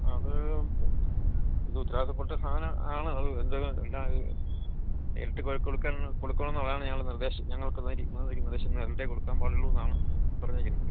അത് എന്തോ ഉത്തരവാദിത്തപ്പെട്ട സാധനമാണ് അത് എന്ത് എന്താണ് നേരിട്ടുപോയി കൊടുക്കണമെന്ന് അതാണ് ഞങ്ങളെ നിർദ്ദേശം ഞങ്ങൾക്കു തന്നിരിക്കുന്ന നിർദ്ദേശം നേരിട്ടേ കൊടുക്കാൻ പാടുള്ളൂ എന്നാണ് പറഞ്ഞിരിക്കുന്നത്